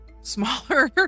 smaller